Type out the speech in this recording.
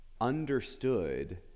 understood